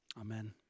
Amen